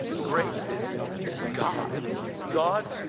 grace is is god god.